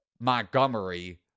Montgomery